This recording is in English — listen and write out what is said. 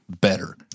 better